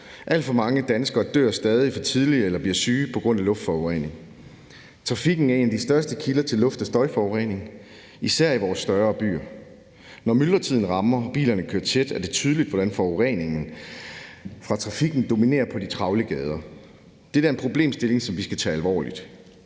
Alt for mange danskere dør stadig for tidligt eller bliver syge på grund af luftforurening. Trafikken er en af de største kilder til luft og støjforurening, især i vores større byer. Når myldretiden rammer og bilerne kører tæt, er det tydeligt, hvordan forureningen fra trafikken dominerer på de travle gader. Det er en problemstilling, som vi skal tage alvorligt.